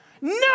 No